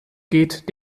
geht